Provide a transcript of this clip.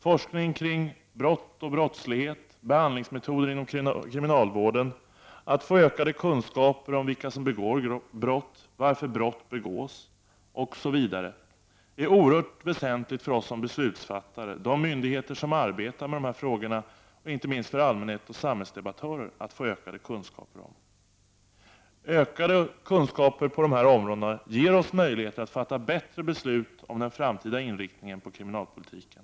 Forskningen kring brottslighet, behandlingsmetoder inom kriminalvården, vilka som begår brott, varför brott begås osv. är det oerhört väsentligt för oss som beslutsfattare, för myndigheter som arbetar med dessa frågor och inte minst för allmänhet och samhällsdebattörer att få ökade kunskaper om. Ökade kunskaper på dessa områden ger oss möjligheter att fatta bättre beslut om den framtida inriktningen av kriminalpoli tiken.